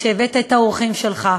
כשהבאת את האורחים שלך,